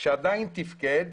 שעדיין תפקד,